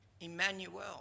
Emmanuel